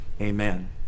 amen